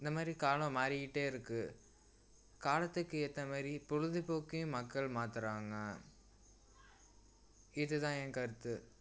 இந்த மாதிரி காலம் மாறிக்கிட்டே இருக்கு காலத்துக்கு ஏற்ற மாதிரி பொழுதுபோக்கையும் மக்கள் மாற்றுறாங்க இது தான் என் கருத்து